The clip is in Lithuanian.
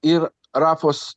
ir rafos